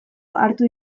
hartu